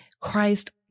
Christ